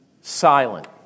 silent